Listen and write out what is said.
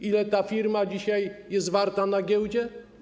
Ile ta firma dzisiaj jest warta na giełdzie?